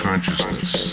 Consciousness